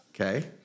Okay